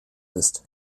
ist